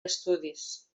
estudis